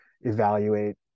evaluate